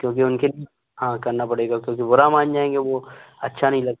क्योंकिं उनके हाँ करना पड़ेगा क्योंकि बुरा मान जाएँगे वो अच्छा नहीं लगता